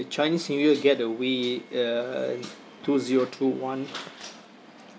chinese new year getaway uh two zero two one